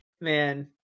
man